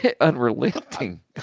unrelenting